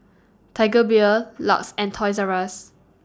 Tiger Beer LUX and Toys Rus